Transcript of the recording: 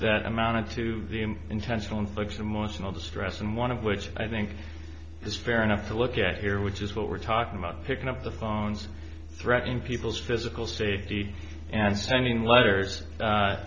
that amounted to intentional infliction of emotional distress and one of which i think is fair enough to look at here which is what we're talking about picking up the phones threatening people's physical safety and sending letters